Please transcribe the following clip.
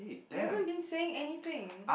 you haven't been saying anything